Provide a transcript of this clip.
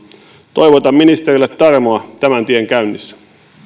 toivotan ministerille tarmoa tämän tien käynnissä